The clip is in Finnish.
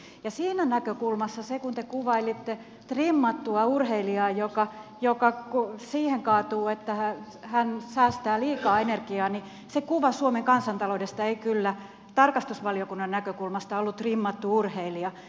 ja siinä näkökulmassa se kuva kun te kuvailitte trimmattua urheilijaa joka kaatuu siihen että hän säästää liikaa energiaa suomen kansanta loudesta ei kyllä tarkastusvaliokunnan näkökulmasta ollut trimmattu urheilija